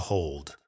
Hold